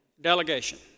delegation